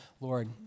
Lord